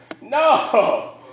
no